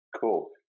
Cool